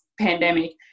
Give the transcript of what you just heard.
pandemic